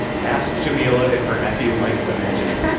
asks jameela if her nephew liked the magic